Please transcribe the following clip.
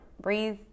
breathe